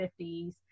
50s